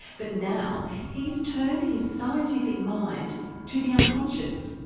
but now he's turned his scientific mind to the unconscious.